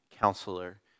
Counselor